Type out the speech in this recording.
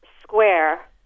Square